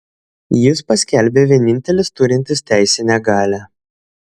jis paskelbė vienintelis turintis teisinę galią